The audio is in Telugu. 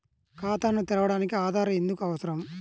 ఖాతాను తెరవడానికి ఆధార్ ఎందుకు అవసరం?